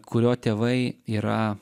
kurio tėvai yra